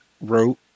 wrote